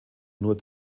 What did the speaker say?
nur